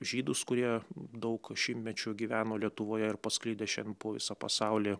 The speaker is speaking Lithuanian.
žydus kurie daug šimtmečių gyveno lietuvoje ir pasklidę šiandien po visą pasaulį